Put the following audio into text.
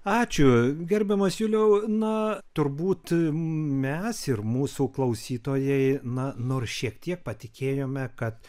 ačiū gerbiamas juliau na turbūt mes ir mūsų klausytojai na nors šiek tiek patikėjome kad